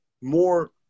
more